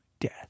death